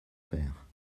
faire